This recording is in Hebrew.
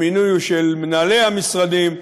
המינוי הוא של מנהלי המשרדים,